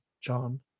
John